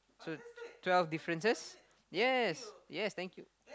so twelve differences yes yes thank you